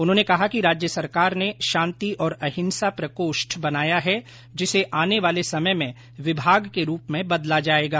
उन्होंने कहा कि राज्य सरकार ने शांति और अहिंसा प्रकोष्ठ बनाया है जिसे आने वाले समय में विभाग के रूप में बदला जाएगा